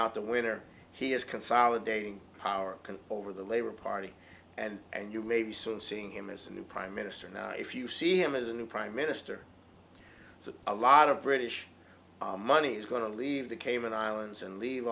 out the winner he is consolidating power can over the labor party and and you may be soon seeing him as a new prime minister now if you see him as a new prime minister so a lot of british money is going to leave the cayman islands and leave